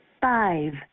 Five